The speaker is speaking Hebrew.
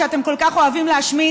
שאתם כל כך אוהבים להשמיץ,